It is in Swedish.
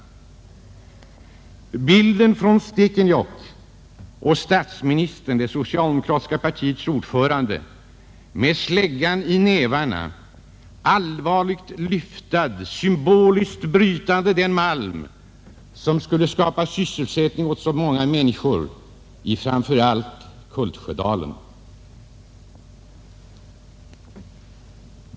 Jag tänker på bilden från Stekenjokk av statsministern, det socialdemokratiska partiets ordförande, med släggan i nävarna, allvarligt lyftad, symboliskt brytande den malm som skulle skapa sysselsättning åt så många människor i framför allt Kultsjödalen.